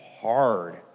hard